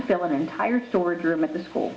to fill an entire storage room at the school